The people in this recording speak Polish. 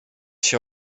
się